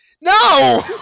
No